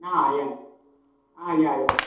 य य य य